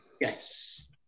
yes